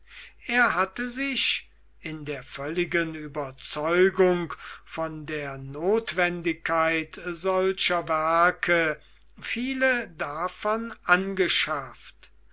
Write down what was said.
er hatte sich in der völligen überzeugung von der notwendigkeit solcher werke viele davon angeschafft